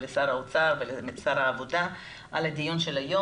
לשר האוצר ולשר העבודה על הדיון של היום